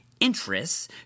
interests